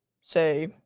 say